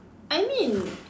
I mean